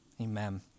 Amen